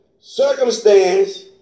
circumstance